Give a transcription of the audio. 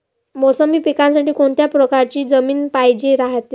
मोसंबी पिकासाठी कोनत्या परकारची जमीन पायजेन रायते?